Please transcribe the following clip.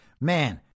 Man